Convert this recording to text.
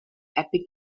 epic